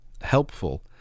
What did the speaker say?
helpful